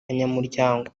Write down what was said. banyamuryango